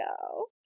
go